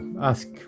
ask